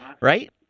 right